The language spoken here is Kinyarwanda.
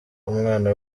umwana